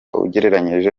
ugereranyije